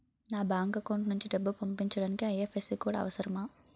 నా bank account నుంచి డబ్బు పంపించడానికి ఐ.ఎఫ్.ఎస్.సి కోడ్ అవసరమా?